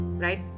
right